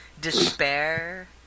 despair